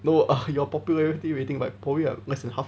no your popularity rating by probably like less than half